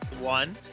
One